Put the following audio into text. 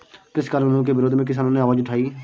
कृषि कानूनों के विरोध में किसानों ने आवाज उठाई